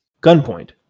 Gunpoint